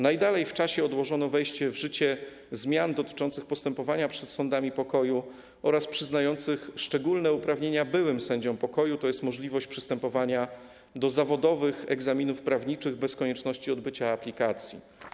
Najbardziej odłożono w czasie wejście w życie zmian dotyczących postępowania przed sądami pokoju oraz przyznających szczególne uprawnienia byłym sędziom pokoju, tj. możliwość przystępowania do zawodowych egzaminów prawniczych bez konieczności odbycia aplikacji.